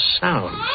sound